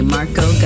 Marco